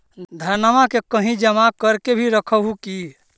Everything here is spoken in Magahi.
धनमा के कहिं जमा कर के भी रख हू की?